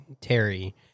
Terry